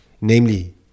namely